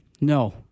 no